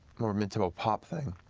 more mid-tempo pop thing.